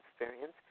experience